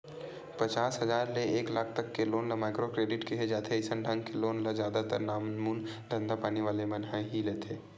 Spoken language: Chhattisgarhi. पचास हजार ले एक लाख तक लोन ल माइक्रो क्रेडिट केहे जाथे अइसन ढंग के लोन ल जादा तर नानमून धंधापानी वाले मन ह ही लेथे